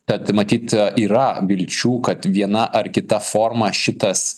tad matyt yra vilčių kad viena ar kita forma šitas